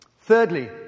Thirdly